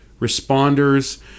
responders